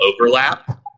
overlap